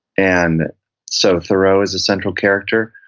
and so thoreau is a central character,